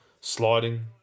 sliding